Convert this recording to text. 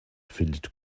findet